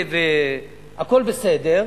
הכול בסדר.